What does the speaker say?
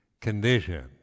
condition